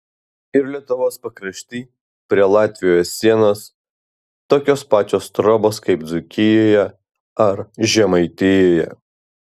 ir lietuvos pakrašty prie latvijos sienos tokios pačios trobos kaip dzūkijoje ar žemaitijoje